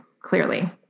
clearly